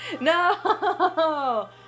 No